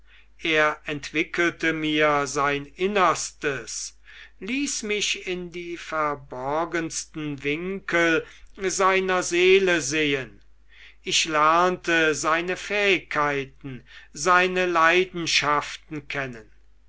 er entwickelte mir sein innerstes ließ mich in die verborgensten winkel seiner seele sehen ich lernte seine fähigkeiten seine leidenschaften kennen